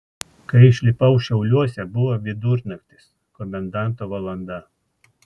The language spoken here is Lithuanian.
kai išlipau šiauliuose buvo vidurnaktis komendanto valanda